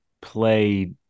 play